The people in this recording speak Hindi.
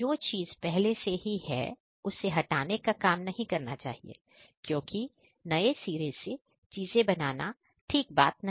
जो चीज पहले से ही है उसे हटाने का काम नहीं करना चाहिए क्योंकि नए सिरे से चीजें बनाना ठीक बात नहीं